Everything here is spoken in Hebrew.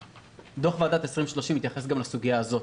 דו"ח ועדת 2030 מתייחס גם לסוגיה הזאת.